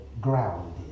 grounded